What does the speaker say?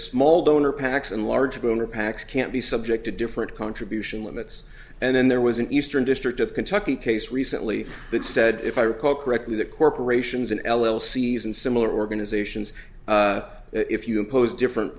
small donor packs and large bruner packs can't be subject to different contribution limits and then there was an eastern district of kentucky case recently that said if i recall correctly that corporations and l l season similar organizations if you impose different